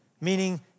Meaning